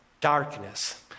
darkness